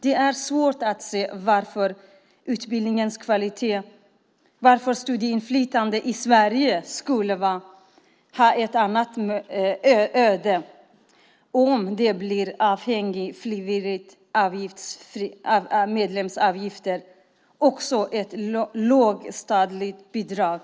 Det är svårt att se varför studieinflytandet i Sverige skulle möta ett annat öde om det blir avhängigt frivilliga medlemsavgifter och ett lågt statligt bidrag.